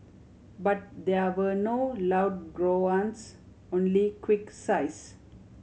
but there were no loud groans only quick sighs